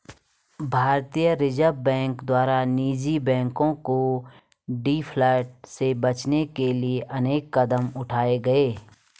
भारतीय reserve bank द्वारा निजी बैंकों को डिफॉल्ट से बचाने के लिए अनेक कदम उठाए गए